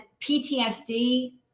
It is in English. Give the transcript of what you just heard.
PTSD